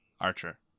Archer